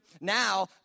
Now